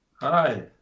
hi